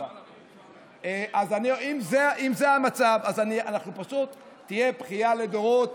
אם זה המצב, זו פשוט תהיה בכייה לדורות.